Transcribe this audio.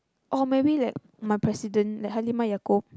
or maybe like my president like Halimah Yacob